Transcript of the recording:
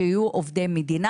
שיהיו עובדי מדינה.